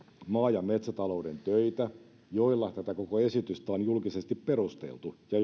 maa ja metsätalouden töitä joilla tätä koko esitystä on julkisesti perusteltu ja